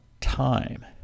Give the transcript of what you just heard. time